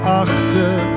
achter